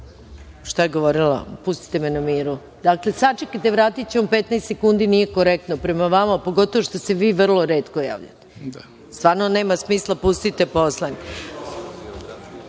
je govorila? Pustite me na miru. Sačekajte, vratiću vam 15 sekundi, nije korektno prema vama, pogotovo što se vi vrlo retko javljate. Stvarno nema smisla, pustite